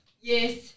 Yes